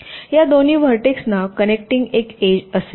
तर या दोन्ही व्हर्टेक्स ना कनेक्टिंग एक एज असेल